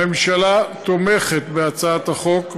הממשלה תומכת בהצעת החוק,